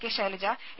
K Shailaja A